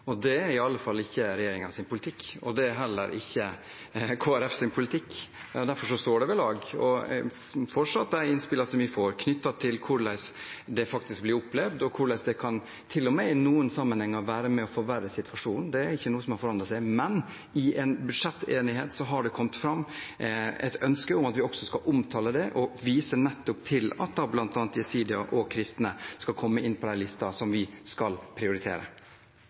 Det er i alle fall ikke regjeringens politikk, og det er heller ikke Kristelig Folkepartis politikk. Derfor står det ved lag fortsatt. De innspillene vi får knyttet til hvordan det faktisk blir opplevd, og hvordan det til og med i noen sammenhenger kan være med og forverre situasjonen, er ikke noe som har forandret seg. I en budsjettenighet har det kommet fram et ønske om at vi også skal omtale det og vise nettopp til at bl.a. jesidier og kristne skal komme inn på den listen vi skal prioritere